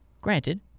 Granted